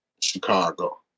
Chicago